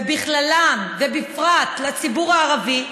ובכללן בפרט לציבור הערבי,